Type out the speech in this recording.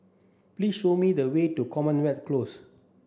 please show me the way to Commonwealth Close